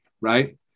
right